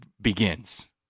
begins